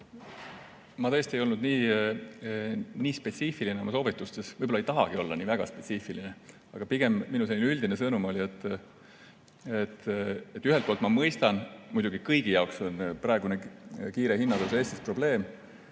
Ma tõesti ei olnud nii spetsiifiline oma soovitustes, ma ei tahagi olla nii väga spetsiifiline. Pigem minu selline üldine sõnum oli, et ühelt poolt ma mõistan, et muidugi kõigi jaoks on praegune kiire hinnatõus Eestis probleem,